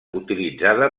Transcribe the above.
utilitzada